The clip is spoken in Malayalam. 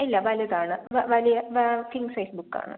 ഇല്ല വലുതാണ് വ വലിയ കിംഗ് സൈസ് ബുക്ക് ആണ്